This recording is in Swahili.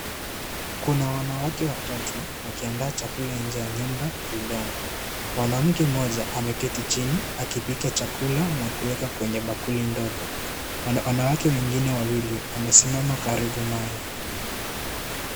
Kuna wanawake watatu wakiandaa chakula nje ya nyumba ya udongo, mwanamke mmoja ameketi chini akipika chakula na kuweka kwenye bakuli ndogo .wanawake wengine wawili wamesimama karibu naye.